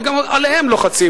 וגם עליהם לוחצים,